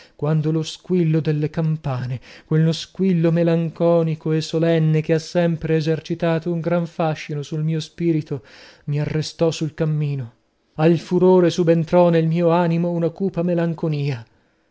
quando lo squillo delle campane quello squillo melanconico e solenne che ha sempre esercitato un gran fascino sul mio spirito mi arrestò sul cammino al furore subentrò nel mio animo una cupa melanconia